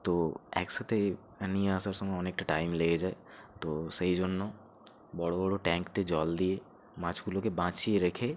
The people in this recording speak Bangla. তো একসাথে নিয়ে আসার সময় অনেকটা টাইম লেগে যায় তো সেই জন্য বড় বড় ট্যাঙ্কতে জল দিয়ে মাছগুলোকে বাঁচিয়ে রেখে